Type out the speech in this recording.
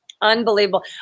Unbelievable